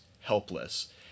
helpless